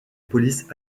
police